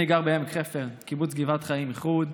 אני גר בעמק חפר, בקיבוץ גבעת חיים איחוד,